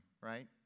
right